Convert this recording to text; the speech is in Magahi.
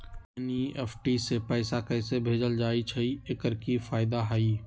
एन.ई.एफ.टी से पैसा कैसे भेजल जाइछइ? एकर की फायदा हई?